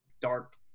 dark